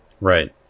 Right